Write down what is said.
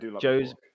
Joe's